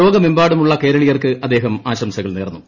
ലോകമെമ്പാടുമുള്ള കേരളീയർക്ക് അദ്ദേഹം ആശംസപകർന്നു